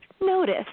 notice